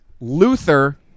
Luther